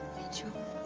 me to